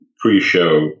pre-show